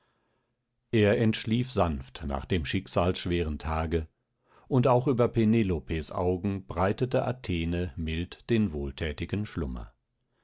er entschlief sanft nach dem schicksalschweren tage und auch über penelopes augen breitete athene mild den wohlthätigen schlummer